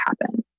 happen